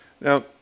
Now